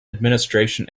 administration